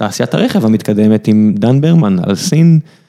תעשיית הרכב המתקדמת עם דן ברמן על סין.